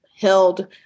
held